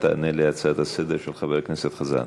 תענה על ההצעה לסדר-היום של חבר הכנסת חזן.